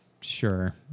sure